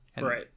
right